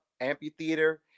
amphitheater